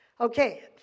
Okay